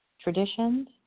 traditions